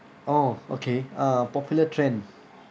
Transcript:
oh okay ah popular trend